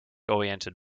oriented